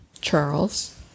Charles